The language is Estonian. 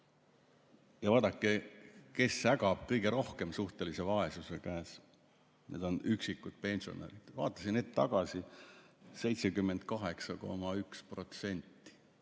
Ja vaadake, kes ägab kõige rohkem suhtelise vaesuse käes – need on üksikud pensionärid. Vaatasin hetk tagasi – 78,1%.